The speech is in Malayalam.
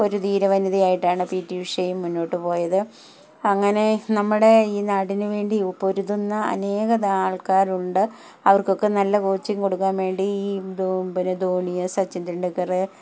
ഒരു ധീര വനിതയായിട്ടാണ് പി ടി ഉഷയും മുന്നോട്ട് പോയത് അങ്ങനെ നമ്മുടെ ഈ നാടിന് വേണ്ടി പൊരുതുന്ന അനേകം ആൾക്കാരുണ്ട് അവർക്കൊക്കെ നല്ല കോച്ചിങ് കൊടുക്കാൻ വേണ്ടി ഈ പിന്നെ ധോണിയ സച്ചിൻ തെണ്ടുക്കറ്